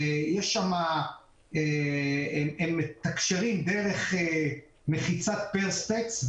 ובנוסף הם מתקשרים דרך מחיצת פרספקס,